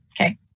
okay